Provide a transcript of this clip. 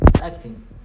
Acting